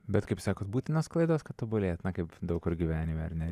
bet kaip sakot būtinos klaidos kad tobulėjat kaip daug kur gyvenime ar ne